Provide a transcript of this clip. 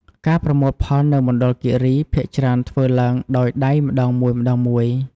ការប្រមូលផលនៅមណ្ឌលគិរីភាគច្រើនធ្វើឡើងដោយដៃម្ដងមួយៗ។